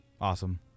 Awesome